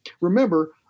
remember